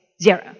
Zero